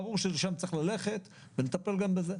ברור שלשם צריך ללכת ונטפל גם בזה.